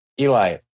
Eli